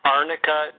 Arnica